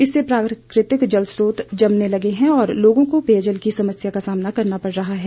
इससे प्राकृतिक जल स्रोत जमने लगे हैं और लोगों को पेयजल की समस्या का सामना करना पड़ रहा है